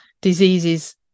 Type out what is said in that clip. diseases